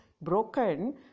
broken